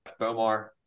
Bomar